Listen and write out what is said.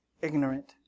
ignorant